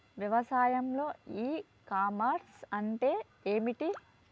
వ్యవసాయంలో e commerce అంటే ఏమిటి?